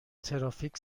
ترافیک